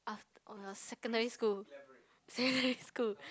af~ when I was in secondary school secondary school